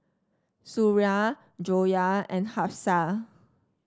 Suria Joyah and Hafsa